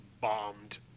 bombed